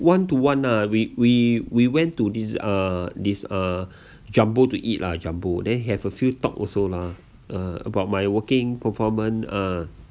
one-to-one uh we we we went to this uh this uh jumbo to eat lah jumbo then he have a few talk also la ah about my working performance ah